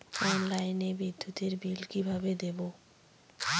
অনলাইনে বিদ্যুতের বিল কিভাবে দেব?